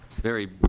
very